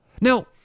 Now